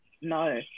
No